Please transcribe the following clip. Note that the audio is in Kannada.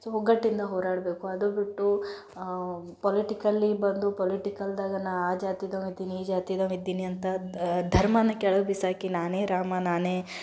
ಸೊ ಒಗ್ಗಟ್ಟಿಂದ ಹೋರಾಡಬೇಕು ಅದು ಬಿಟ್ಟು ಪೊಲಿಟಿಕಲ್ಲಿ ಬಂದು ಪೊಲಿಟಿಕಲ್ದಾಗೆ ನಾನು ಆ ಜಾತಿದವ ಇದ್ದೀನಿ ಈ ಜಾತಿದವ ಇದ್ದೀನಿ ಅಂತ ಧರ್ಮವನ್ನ ಕೆಳಗೆ ಬಿಸಾಕಿ ನಾನೇ ರಾಮ ನಾನೇ